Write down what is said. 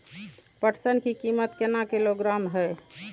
पटसन की कीमत केना किलोग्राम हय?